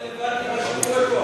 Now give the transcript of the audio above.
אבל מה זה רלוונטי למה שקורה פה עכשיו?